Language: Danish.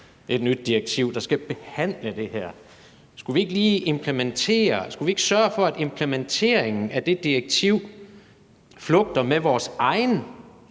et nyt direktiv, der skal behandle det her. Skulle vi ikke sørge for, at implementeringen af det direktiv flugter med vores egen